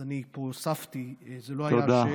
אני פה הוספתי, זו לא הייתה השאלה.